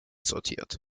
sortiert